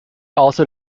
also